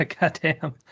goddamn